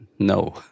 No